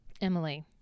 Emily